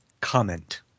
Comment